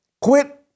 quit